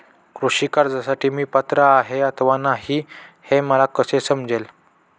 कृषी कर्जासाठी मी पात्र आहे अथवा नाही, हे मला कसे समजेल?